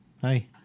Hi